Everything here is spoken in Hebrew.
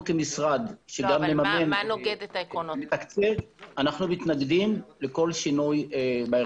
אנחנו כמשרד שגם מממן ומתקצב מתנגדים לכל שינוי בהרכב.